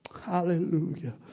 Hallelujah